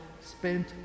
spent